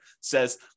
says